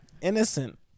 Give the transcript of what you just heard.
Innocent